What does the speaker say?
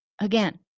Again